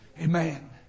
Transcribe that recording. Amen